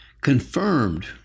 confirmed